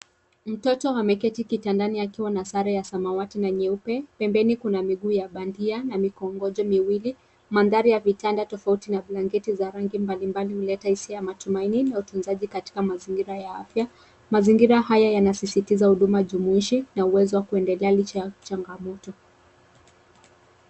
Mtoto ameketi kitandani akiwa na sare ya samawati na nyeupe. Pembeni kuna miguu ya bandia na mikongojo miwili. Mandhari ya vitanda tofauti na blanketi za rangi mbalimbali huleta hisia ya matumaini na utunzaji katika mazingira ya afya. Mazingira haya yanasisitiza huduma jumuishi na uwezo wa kuendelea licha ya changamoto.